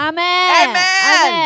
Amen